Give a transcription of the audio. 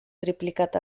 triplicat